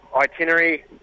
itinerary